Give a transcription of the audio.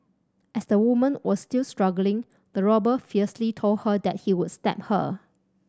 as the woman was still struggling the robber fiercely told her that he was stab her